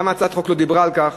למה הצעת החוק לא דיברה על כך.